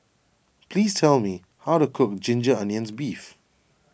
please tell me how to cook Ginger Onions Beef